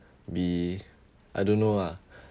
be I don't know ah